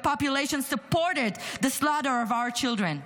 population supported the slaughter of our children?